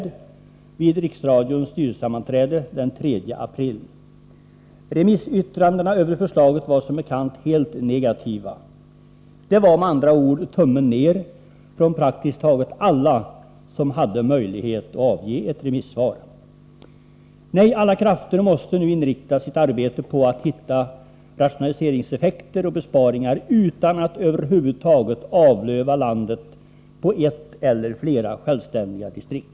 Det skedde vid Riksradions styrelsesammanträde den 3 april. Remissyttrandena över förslaget var som bekant också helt negativa. Det var med andra ord tummen ner från praktiskt taget alla som hade möjlighet att avge ett remissvar. Alla krafter måste nu inriktas på att hitta rationaliseringseffekter och besparingar utan att över huvud taget ”avlöva” landet på ett eller flera självständiga distrikt.